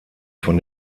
von